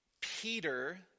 peter